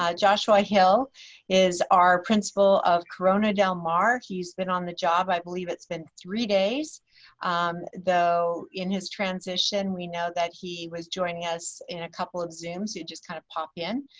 ah joshua hill is our principal of corona del mar. he's been on the job, i believe it's been three days though in his transition we know that he was joining us in a couple of zooms so he just kind of pop in,